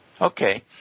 Okay